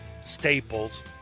staples